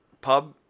Pub